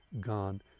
gone